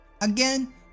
again